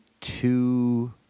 two